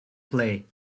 play